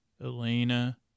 Elena